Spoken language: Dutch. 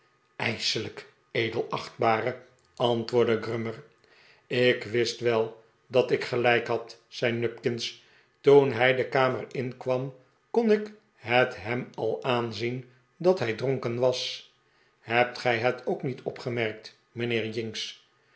ijselijk edelachtbare antwoordde grummer ik wist wel dat ik gelijk had zei nupkins toen hij de kamer inkwam kon ik het hem al aanzien dat hij dronken was hebt gij het ook niet opgemerkt mijnheer jinks